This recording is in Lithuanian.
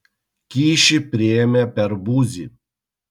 kyšį priėmė per buzį